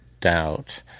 doubt